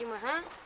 um and